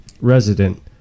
resident